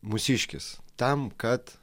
mūsiškis tam kad